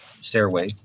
stairway